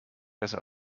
besser